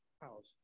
house